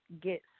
get